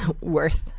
worth